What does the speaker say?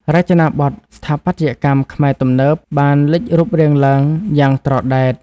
រចនាបថ "ស្ថាបត្យកម្មខ្មែរទំនើប" បានលេចរូបរាងឡើងយ៉ាងត្រដែត។